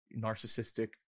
narcissistic